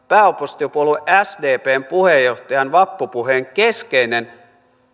pääoppositiopuolue sdpn puheenjohtajan vappupuheen keskeinen